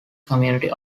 community